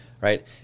right